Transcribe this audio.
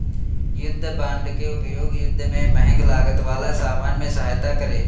युद्ध बांड के उपयोग युद्ध में महंग लागत वाला सामान में सहायता करे